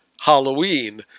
Halloween